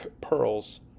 pearls